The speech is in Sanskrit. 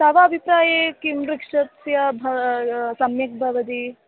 तव अभिप्राये किं वृक्षस्य भ सम्यक् भवति